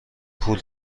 پول